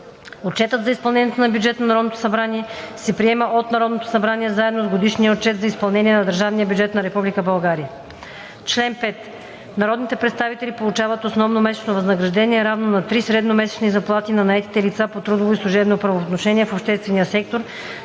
Отчетът за изпълнението на бюджета на Народното събрание се приема от Народното събрание заедно с годишния отчет за изпълнението на държавния бюджет на Република България. Чл. 5. Народните представители получават основно месечно възнаграждение, равно на три средномесечни заплати на наетите лица по трудово и служебно правоотношение в обществения сектор,